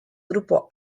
grupo